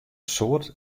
soart